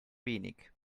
wenig